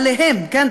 כן,